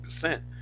percent